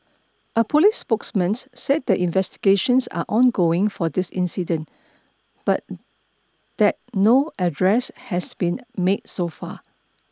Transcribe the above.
a police spokesmans said that investigations are ongoing for this incident but that no arrests has been made so far